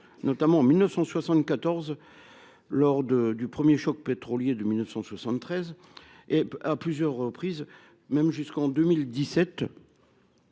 notamment en 1974 à la suite du premier choc pétrolier de 1973, et à plusieurs reprises, jusqu’en 2017,